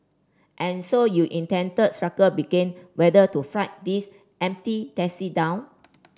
and so you intent struggle begin whether to flag these empty taxi down